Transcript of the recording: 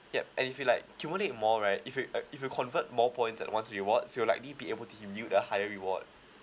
yup and if you like accumulate more right if you uh if you convert more points air miles rewards you'll likely be able to a higher reward